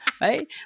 Right